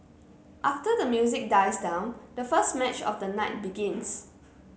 after the music dies down the first match of the night begins